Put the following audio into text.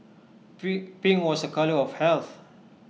pink was A colour of health